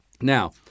Now